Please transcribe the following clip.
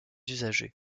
usagers